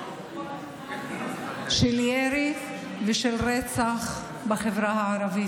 איפה הם היו כששלחו לבנט, בדואר?